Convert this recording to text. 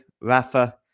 Rafa